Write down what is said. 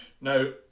Now